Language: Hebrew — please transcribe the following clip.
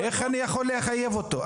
איך אני יכול לחייב אותו?